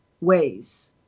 ways